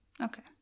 Okay